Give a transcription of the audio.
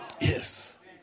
Yes